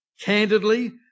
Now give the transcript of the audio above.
candidly